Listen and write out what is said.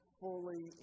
fully